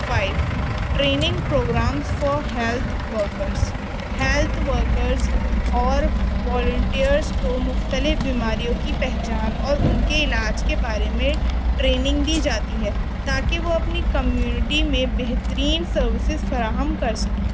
five training programs for health workers health workers اور volunteers کو مختلف بیماریوں کی پہچان اور ان کے علاج کے بارے میں ٹریننگ دی جاتی ہے تاکہ وہ اپنی کمیونٹی میں بہترین سروسز فراہم کر سکیں